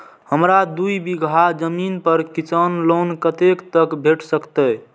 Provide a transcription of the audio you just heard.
हमरा दूय बीगहा जमीन पर किसान लोन कतेक तक भेट सकतै?